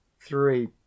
three